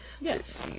Yes